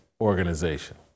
organization